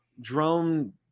drone